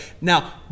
Now